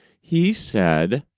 he said,